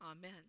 amen